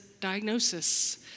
diagnosis